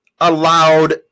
allowed